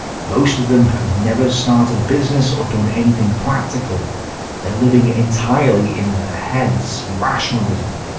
most of them have never started a business or done anything practical they're living entirely in their heads. rationalism.